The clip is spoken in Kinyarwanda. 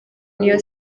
niyo